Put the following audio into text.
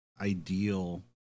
ideal